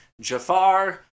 Jafar